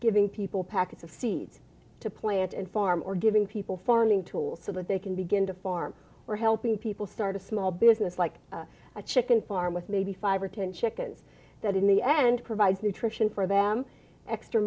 giving people packets of seeds to plant and farm or giving people farming tools so that they can begin to farm or helping people start a small business like a chicken farm with maybe five or ten chickens that in the end provide nutrition for them extra